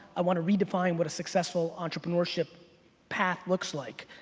i want to redefine what a successful entrepreneurship path looks like.